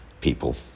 people